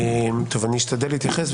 אני אשתדל להתייחס.